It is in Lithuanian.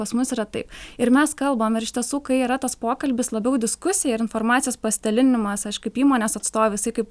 pas mus yra taip ir mes kalbam ir iš tiesų kai yra tas pokalbis labiau diskusija ir informacijos pasidalinimas aš kaip įmonės atstovė jisai kaip